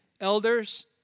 elders